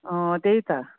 अँ त्यही त